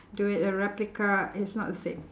do it a replica it's not the same